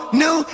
new